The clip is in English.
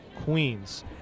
Queens